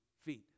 feet